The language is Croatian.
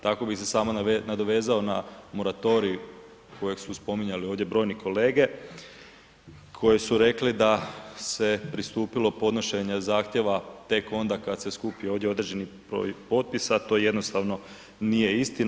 Tako bih se samo nadovezao na moratorij kojeg su spominjali ovdje brojni kolege koje su rekle da se pristupilo podnošenje zahtjeva tek onda kad se skupi ovdje određeni broj potpisa, to jednostavno nije istina.